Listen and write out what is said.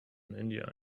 india